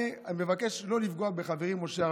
אני מבקש לא לפגוע בחברי משה ארבל.